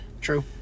True